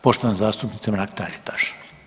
Poštovana zastupnica Mrak Taritaš.